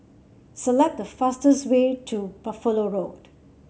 select the fastest way to Buffalo Road